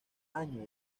año